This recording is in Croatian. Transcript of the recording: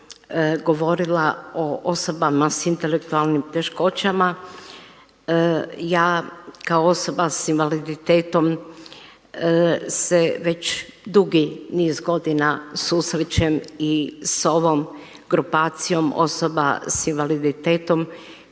govorila o osobama sa intelektualnim teškoćama. Ja kao osoba sa invaliditetom se već dugi niz godina susrećem i s ovom grupacijom osoba sa invaliditetom